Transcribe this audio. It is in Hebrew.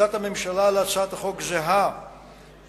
עמדת הממשלה כלפי הצעת החוק זהה לעמדתה